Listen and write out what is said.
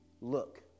look